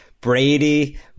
Brady